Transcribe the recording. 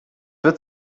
wird